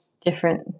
different